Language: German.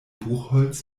buchholz